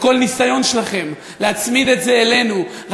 וכל ניסיון שלכם להצמיד את זה אלינו רק